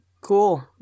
cool